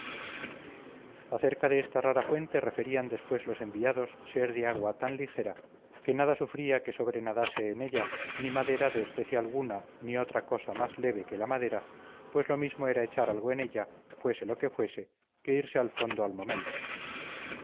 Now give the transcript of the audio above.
acerca de esta rara fuente referían después los enviados ser de agua tan ligera que nada sufría que sobrenadase en ella ni madera de especie alguna ni otra cosa más leve que la madera pues lo mismo era echar algo en ella fuese lo que fuese que irse a fondo al momento